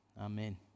Amen